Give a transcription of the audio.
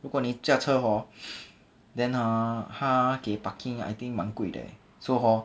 如果你驾车 hor then uh 他给 parking I think 蛮贵 leh so hor